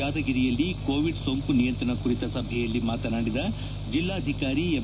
ಯಾದಗಿರಿಯಲ್ಲಿ ಕೋವಿಡ್ ಸೋಂಕು ನಿಯಂತ್ರಣ ಕುರಿತ ಸಭೆಯಲ್ಲಿ ಮಾತನಾಡಿದ ಜಿಲ್ಲಾಧಿಕಾರಿ ಎಂ